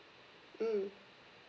mm